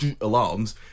alarms